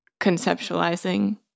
conceptualizing